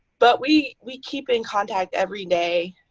but we we keep in contact every day,